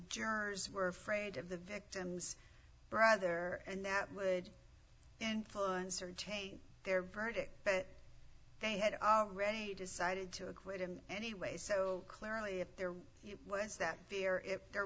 jurors were afraid of the victim's brother and that would influence or take their verdict but they had already decided to acquit him anyway so clearly if there was that fear if there